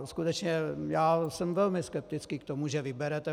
Skutečně já jsem velmi skeptický k tomu, že vyberete.